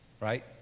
right